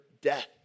death